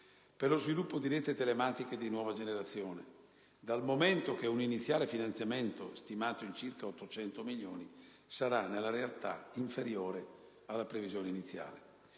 per lo sviluppo di reti telematiche di nuova generazione, dal momento che un iniziale finanziamento, stimato in circa 800 milioni, sarà nella realtà inferiore alla previsione iniziale.